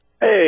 Hey